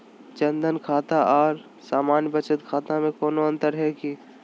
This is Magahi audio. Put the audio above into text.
जन धन खाता और सामान्य बचत खाता में कोनो अंतर है की?